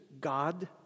God